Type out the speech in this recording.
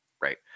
right